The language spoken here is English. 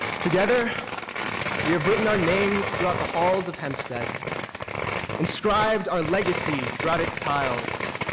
together we have written our names throughout the halls of hempstead inscribed our legacy throughout its tiles,